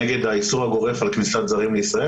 נגד האיסור הגורף על כניסת זרים לישראל